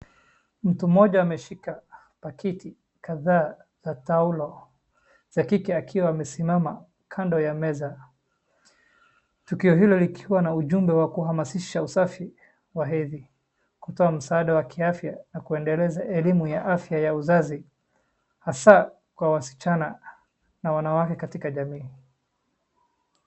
Mtu mmoja ameshika pakiti kadhaa za taulo za kike akiwa amesimama kando ya meza tukio hilo likiwa na ujumbe wa kuhamasisha usafi wa hedhi, kutoa msaada wa kiafya na kuendeleza elimu ya afya ya uzazi hasa kwa wasichana na wanawake katika jamii.